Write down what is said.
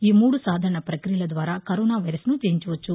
ఈ మూడు సాధారణ ప్రక్రియల ద్వారా కరోనా వైరస్ను జయించవచ్చు